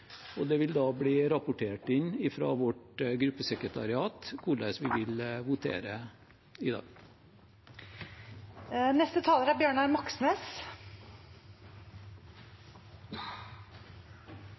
Det vil bli rapportert inn fra vårt gruppesekretariat hvordan vi vil votere i